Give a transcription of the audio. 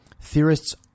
Theorists